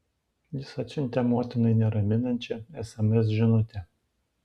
jis atsiuntė motinai neraminančią sms žinutę